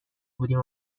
بودیم